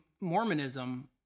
Mormonism